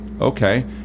Okay